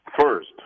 First